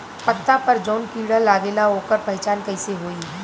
पत्ता पर जौन कीड़ा लागेला ओकर पहचान कैसे होई?